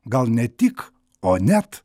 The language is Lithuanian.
gal ne tik o net